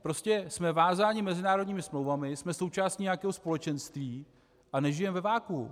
Prostě jsme vázáni mezinárodními smlouvami, jsme součástí nějakého společenství a nežijeme ve vakuu.